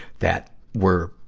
that were,